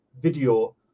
video